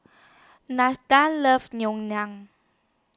loves Ngoh Liang